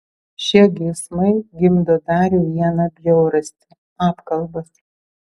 šie geismai gimdo dar vieną bjaurastį apkalbas